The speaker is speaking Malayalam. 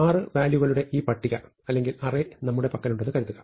ആറ് വാല്യൂകളുടെ ഈ പട്ടിക അല്ലെങ്കിൽ അറേ നമ്മുടെ പക്കലുണ്ടെന്ന് കരുതുക